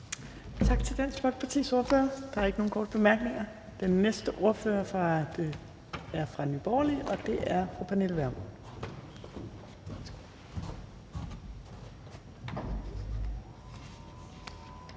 Tak til Dansk Folkepartis ordfører. Der er ikke nogen korte bemærkninger. Den næste ordfører er fra Nye Borgerlige, og det er fru Pernille Vermund.